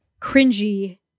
cringy